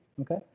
Okay